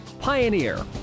Pioneer